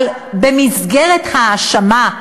אבל במסגרת ההאשמה,